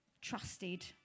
trusted